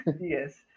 Yes